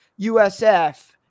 USF